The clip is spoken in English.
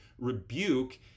Rebuke